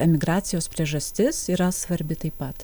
emigracijos priežastis yra svarbi taip pat